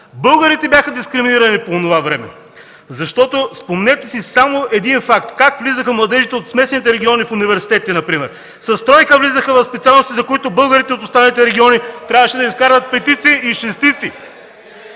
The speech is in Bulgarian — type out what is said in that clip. Българите бяха дискриминирани по онова време! Спомнете си само един факт – как влизаха младежите от смесените региони в университетите например?! С тройка влизаха в специалностите, за които българите от останалите региони трябваше да изкарват петици и шестици!